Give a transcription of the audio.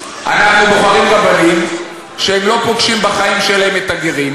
עניינה בהתאמת משך האור הירוק בצמתים